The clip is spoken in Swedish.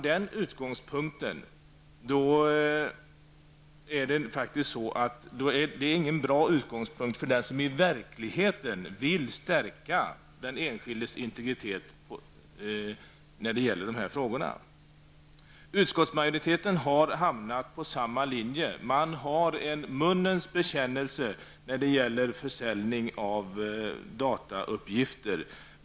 Den utgångspunkten är faktiskt inte bra för den som i verkligheten vill stärka den enskildes integritet i dessa avseenden. Utskottsmajoriteten har hamnat på samma linje. Det är en läpparnas bekännelse när det gäller försäljning av datauppgifter.